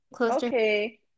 Okay